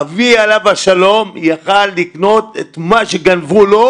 אבי עליו השלום יכול היה לקנות את מה שגנבו לו,